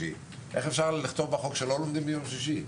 איך אפשר לכתוב בחוק שלא לומדים ביום שישי?